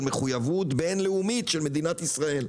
מחויבות בין לאומית של מדינת ישראל.